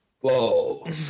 Whoa